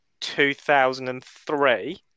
2003